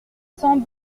cents